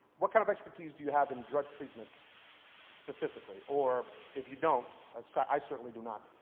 what kind of expertise do you have in drug treatment specifically or if you don't, ah so i certainly do not,